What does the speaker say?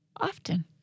Often